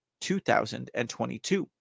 2022